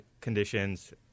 conditions